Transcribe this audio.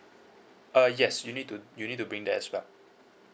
uh yes you need to you need to bring that as well